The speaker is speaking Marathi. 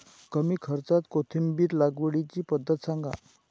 कमी खर्च्यात कोथिंबिर लागवडीची पद्धत सांगा